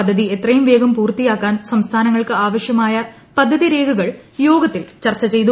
പദ്ധതി എത്രയും വേഗം പൂർത്തിയാക്കാൻ സംസ്ഥാനങ്ങൾക്ക് ആവശ്യമായ പദ്ധതി രേഖകൾ യോഗത്തിൽ ചർച്ച ചെയ്തു